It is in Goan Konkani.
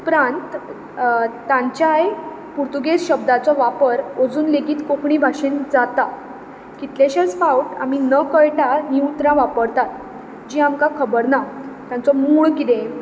उपरांत तांच्याय पुर्तुगेज शब्दांचो वापर अजून लेगीत कोंकणी भाशेंत जाता कितलेशेच फावट आमी नकळटां हीं उतरां वापरतात जीं आमकां खबर ना तांचो मूळ कितें